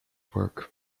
work